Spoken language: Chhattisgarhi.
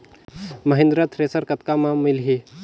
महिंद्रा थ्रेसर कतका म मिलही?